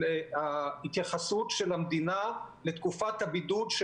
ההתייחסות של המדינה לתקופת הבידוד של